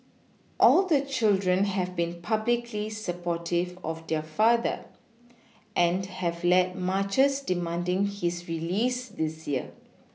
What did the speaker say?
all the children have been publicly supportive of their father and have led marches demanding his release this year